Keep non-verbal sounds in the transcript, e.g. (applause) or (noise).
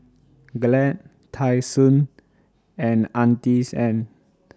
Glad Tai Sun (noise) and Auntie Anne's (noise)